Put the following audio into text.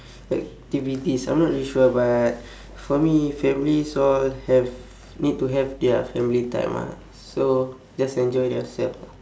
activities I'm not really sure but for me families all have need to have their family time ah so just enjoy theirself ah